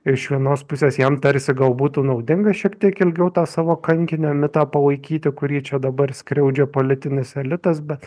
iš vienos pusės jam tarsi gal būtų naudinga šiek tiek ilgiau tą savo kankinio mitą palaikyti kurį čia dabar skriaudžia politinis elitas bet